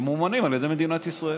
ממומנים על ידי מדינת ישראל.